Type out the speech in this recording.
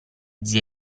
zia